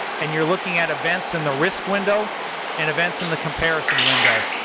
and you're looking at events in the risk window and events in the comparison window.